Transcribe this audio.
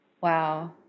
Wow